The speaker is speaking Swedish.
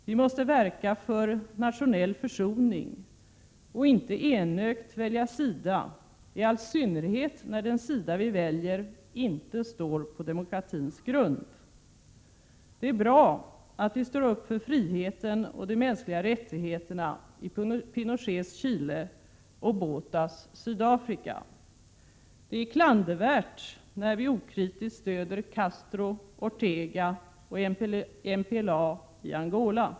Vi måste verka för nationell försoning och inte enögt välja sida i all synnerhet när den sida vi väljer inte står på demokratins grund. Det är bra att vi står upp för friheten och de mänskliga rättigheterna i Pinochets Chile och Bothas Sydafrika. Det är klandervärt när vi okritiskt stöder Castro, Ortega och MPLA i Angola.